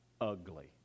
ugly